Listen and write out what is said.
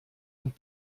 und